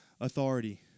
authority